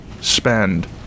spend